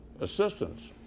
assistance